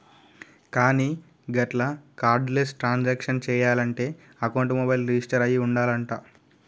కానీ గట్ల cardless transaction చేయాలంటే అకౌంట్ మొబైల్ రిజిస్టర్ అయి ఉండాలంట